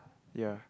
ya